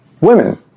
women